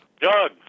Doug